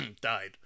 died